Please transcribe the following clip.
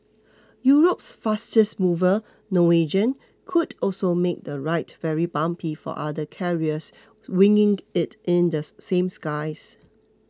Europe's fastest mover Norwegian could also make the ride very bumpy for other carriers winging it in the same skies